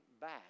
back